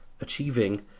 achieving